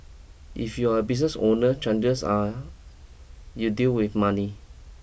if you're a business owner chances are you deal with money